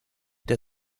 der